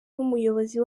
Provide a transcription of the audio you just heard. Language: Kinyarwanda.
n’umuyobozi